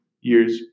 years